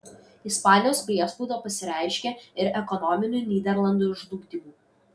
ispanijos priespauda pasireiškė ir ekonominiu nyderlandų žlugdymu